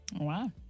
Wow